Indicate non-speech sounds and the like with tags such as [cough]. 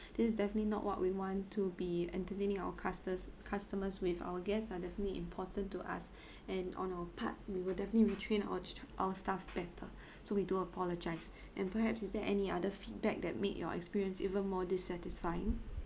this is definitely not what we want to be entertaining our custo~ customers with our guests are definitely important to us [breath] and on our part we will definitely retrain our our staff better [breath] so we do apologise and perhaps is there any other feedback that made your experience even more dissatisfying